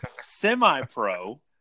semi-pro